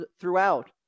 throughout